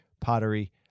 pottery